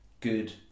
good